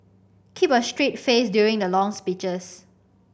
keep a straight face during the long speeches